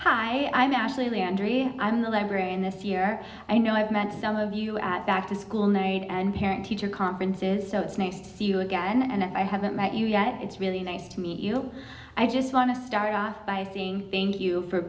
hi i'm ashley landry i'm a librarian this year i know i've met some of you at back to school night and parent teacher conferences so it's nice to see you again and i haven't met you yet it's really nice to meet you i just want to start off by saying thank you for